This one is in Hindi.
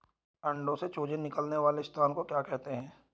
अंडों से चूजे निकलने वाले स्थान को क्या कहते हैं?